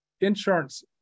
Insurance